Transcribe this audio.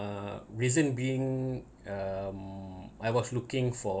reason being um I was looking for